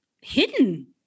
hidden